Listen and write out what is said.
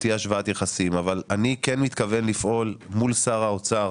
תהיה השוואת יחסים אבל אני כן מתכוון לפעול מול שר האוצר